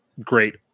great